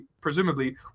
presumably